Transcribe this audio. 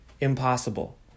impossible